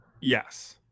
Yes